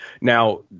Now